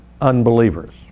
unbelievers